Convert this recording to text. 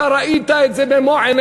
אתה ראית את זה במו-עיניך,